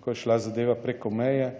ko je šla zadeva preko meje,